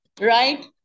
right